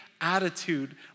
attitude